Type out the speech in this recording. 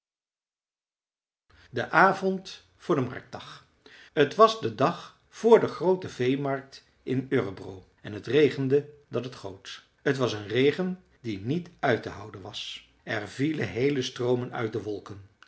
de avond voor den marktdag t was de dag voor de groote veemarkt in örebro en het regende dat het goot t was een regen die niet uit te houden was er vielen heele stroomen uit de wolken